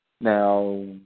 Now